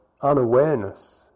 unawareness